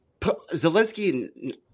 Zelensky